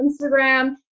Instagram